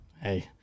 Hey